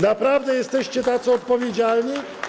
Naprawdę jesteście tacy odpowiedzialni?